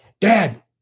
dad